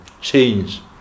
change